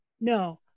No